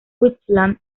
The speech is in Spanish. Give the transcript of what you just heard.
queensland